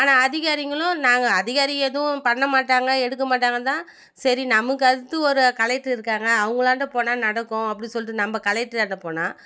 ஆனால் அதிகாரிங்களும் நாங்கள் அதிகாரி எதுவும் பண்ண மாட்டாங்க எடுக்க மாட்டாங்கன்னு தான் சரி நமக்கு அடுத்து ஒரு கலெக்ட்ரு இருக்காங்கள் அவங்களாண்ட போனால் நடக்கும் அப்படி சொல்லிவிட்டு நம்ம கலெக்ட்ராண்ட போனால்